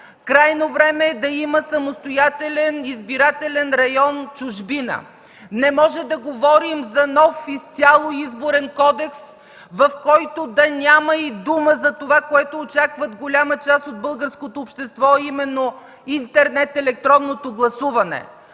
Крайно време е да има самостоятелен избирателен район в чужбина. Не може да говорим за изцяло нов Изборен кодекс, в който да няма и дума за това, което очаква голяма част от българското общество, а именно интернет/електронното гласуване.